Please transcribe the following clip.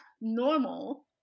normal